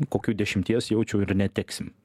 kokių dešimties jaučiu ir neteksim